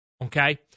Okay